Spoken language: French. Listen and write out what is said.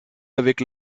avec